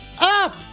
up